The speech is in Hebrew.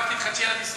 אגב, תתחדשי על התסרוקת.